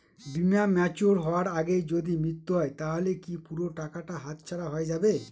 বীমা ম্যাচিওর হয়ার আগেই যদি মৃত্যু হয় তাহলে কি পুরো টাকাটা হাতছাড়া হয়ে যাবে?